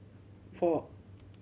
four